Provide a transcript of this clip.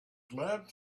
glad